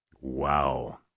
Wow